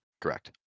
Correct